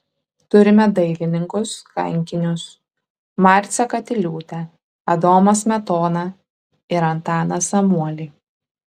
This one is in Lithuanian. turime dailininkus kankinius marcę katiliūtę adomą smetoną ir antaną samuolį